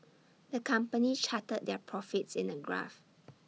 the company charted their profits in A graph